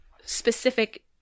specific